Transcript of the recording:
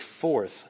fourth